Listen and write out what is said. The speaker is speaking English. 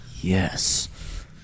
yes